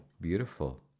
beautiful